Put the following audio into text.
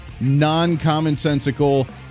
non-commonsensical